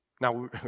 Now